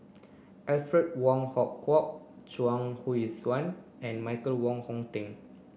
Alfred Wong Hong Kwok Chuang Hui Tsuan and Michael Wong Hong Teng